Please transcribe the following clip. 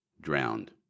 drowned